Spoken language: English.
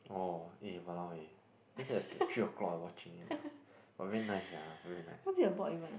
oh eh !walao! eh then that's like three o clock ah I watching eh but very nice sia very nice